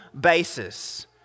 basis